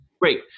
Great